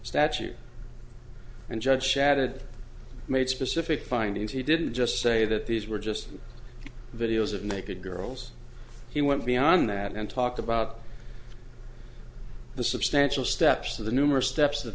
statute and judge shadid made specific findings he didn't just say that these were just videos of naked girls he went beyond that and talked about the substantial steps of the numerous steps